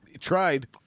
Tried